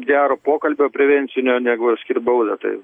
gero pokalbio prevencinio negu skirt baudą tai